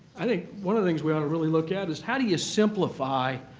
i think one of the things we ought to really look at is how do you simplify,